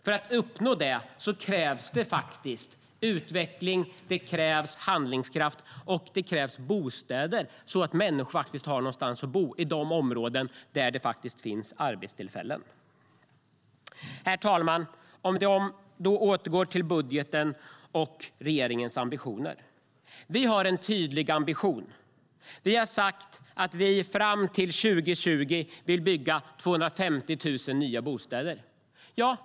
För att uppnå det krävs utveckling, handlingskraft och bostäder så att människor har någonstans att bo i de områden där det finns arbetstillfällen. Fru talman! Vi återgår till budgeten och regeringens ambitioner. Vi har en tydlig ambition. Vi har sagt att vi fram till 2020 vill bygga 250 000 nya bostäder.